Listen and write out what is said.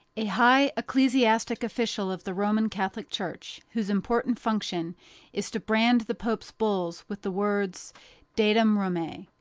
a high ecclesiastic official of the roman catholic church, whose important function is to brand the pope's bulls with the words datum romae.